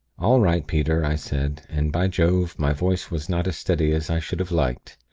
all right, peter i said, and by jove, my voice was not as steady as i should have liked!